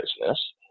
business